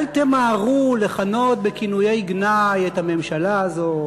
אל תמהרו לכנות בכינויי גנאי את הממשלה הזאת,